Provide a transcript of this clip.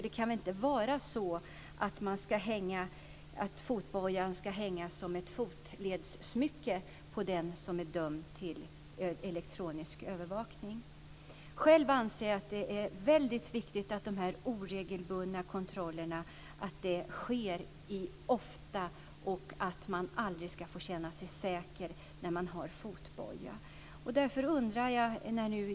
Det ska inte vara så att fotbojan ska hänga som ett fotledssmycke på den som är dömd till elektronisk övervakning. Själv anser jag att det är viktigt att de oregelbundna kontrollerna sker ofta och att de aldrig ska känna sig säkra med fotboja.